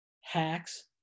hacks